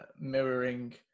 mirroring